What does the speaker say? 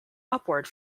upward